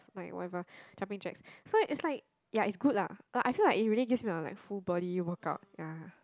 like whatever jumping jacks so is like ya is good lah but like I feel like it really give me are like full body workout ya